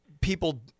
people